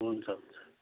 हुन्छ हुन्छ